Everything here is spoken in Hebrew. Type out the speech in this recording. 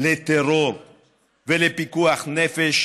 לטרור ולפיקוח נפש,